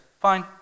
fine